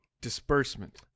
Disbursement